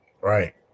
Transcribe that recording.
Right